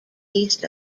east